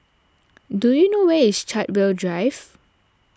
do you know where is Chartwell Drive